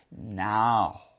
now